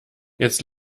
jetzt